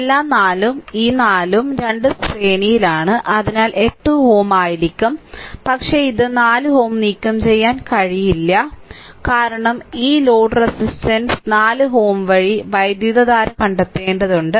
എല്ലാ 4 ഉം ഈ 4 ഉം ഈ 4 ഉം രണ്ടും ശ്രേണിയിലാണ് അതിനാൽ 8Ω ആയിരിക്കും പക്ഷേ ഇത് 4Ω നീക്കംചെയ്യാൻ കഴിയില്ല കാരണം ഈ ലോഡ് റെസിസ്റ്റൻസ് 4Ω വഴി വൈദ്യുതധാര കണ്ടെത്തേണ്ടതുണ്ട്